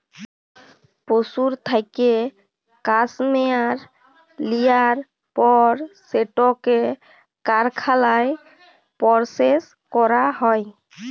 পশুর থ্যাইকে ক্যাসমেয়ার লিয়ার পর সেটকে কারখালায় পরসেস ক্যরা হ্যয়